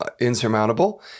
insurmountable